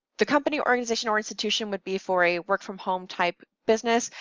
the company organization or institution would be for a work from home type business,